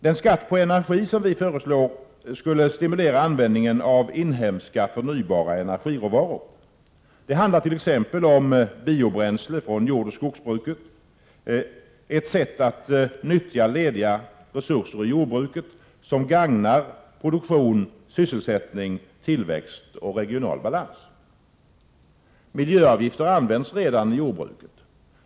Den skatt på energi som vi föreslår skulle stimulera användningen av inhemska förnybara energiråvaror. Det handlar t.ex. om biobränsle från jordoch skogsbruket, ett sätt att nyttja lediga resurser i jordbruket som gagnar produktion, sysselsättning, tillväxt och regional balans. Miljöavgifter används redan i jordbruket.